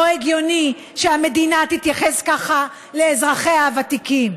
לא הגיוני שהמדינה תתייחס ככה לאזרחיה הוותיקים,